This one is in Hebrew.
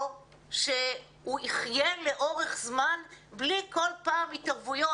שהוא יחייה לאורך זמן בלי כל פעם התערבויות.